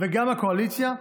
וגם מהקואליציה,